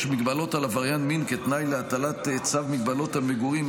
הגבלות על עבריין מין כתנאי להטלת צו מגבלות על מגורים,